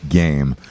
game